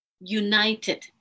united